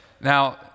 Now